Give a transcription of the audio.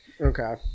Okay